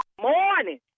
morning